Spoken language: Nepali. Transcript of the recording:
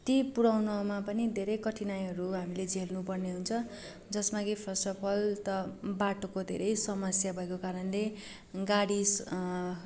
ती पुऱ्याउनमा पनि धेरै कठिनाईहरू हामीले झेल्नु पर्ने हुन्छ जसमा कि फर्स्ट अफ अल त बाटोको धेरै समस्या भएको कारणले गाडी स